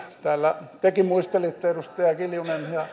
täällä tekin muistelitte edustaja kiljunen ja